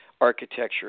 architecture